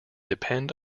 depend